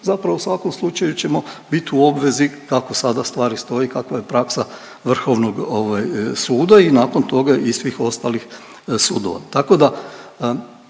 zapravo u svakom slučaju ćemo bit u obvezi kako sada stvari stoje i kakva je praksa Vrhovnog suda i nakon toga i svih ostalih sudova.